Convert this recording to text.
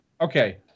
Okay